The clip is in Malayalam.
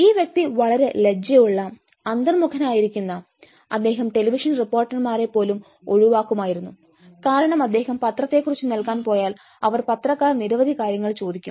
ഈ വ്യക്തി വളരെ ലജ്ജ ഉള്ള അന്തർമുഖനായിരുന്ന അദ്ദേഹം ടെലിവിഷൻ റിപ്പോർട്ടർമാരെ പോലും ഒഴിവാക്കുമായിരുന്നു കാരണം അദ്ദേഹം പത്രക്കുറിപ്പ് നൽകാൻ പോയാൽ അവർ പത്രക്കാർ നിരവധി കാര്യങ്ങൾ ചോദിക്കും